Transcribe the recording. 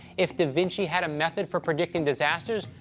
if da vinci had a method for predicting disasters,